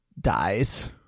dies